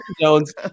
Jones